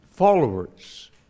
Followers